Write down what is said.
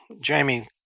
Jamie